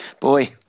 Boy